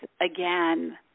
again